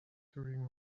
during